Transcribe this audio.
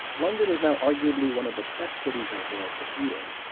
london is now arguably one of the best cities in the world for eating,